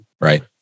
Right